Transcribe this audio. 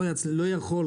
לא יכול,